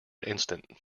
instant